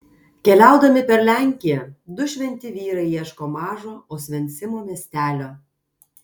keliaudami per lenkiją du šventi vyrai ieško mažo osvencimo miestelio